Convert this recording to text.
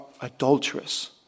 adulterous